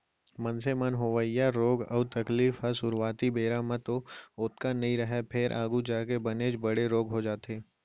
मनसे म होवइया रोग अउ तकलीफ ह सुरूवाती बेरा म तो ओतका नइ रहय फेर आघू जाके बनेच बड़े रोग हो जाथे